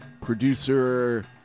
producer